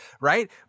right